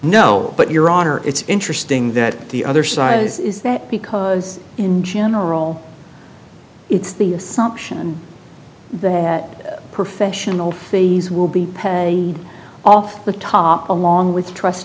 no but your honor it's interesting that the other side is that because in general it's the assumption that professional fees will be paid off the top along with trust